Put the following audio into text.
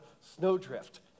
snowdrift